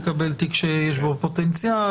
תקבל תיק שיש בו פוטנציאל.